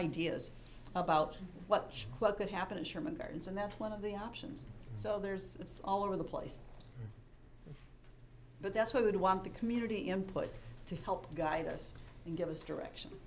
ideas about what could happen in sherman gardens and that's one of the options so there's it's all over the place but that's what i would want the community input to help guide us and give us